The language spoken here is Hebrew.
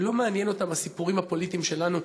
לא מעניינים אותם הסיפורים הפוליטיים שלנו,